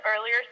earlier